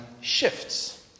shifts